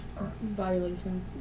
Violation